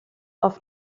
auf